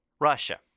Russia